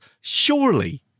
Surely